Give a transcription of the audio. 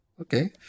Okay